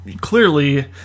clearly